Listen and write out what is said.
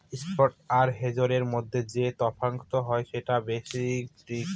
spot আর হেজের মধ্যে যে তফাৎ হয় সেটা বেসিস রিস্ক